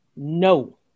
No